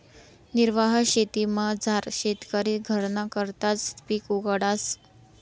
निर्वाह शेतीमझार शेतकरी घरना करताच पिक उगाडस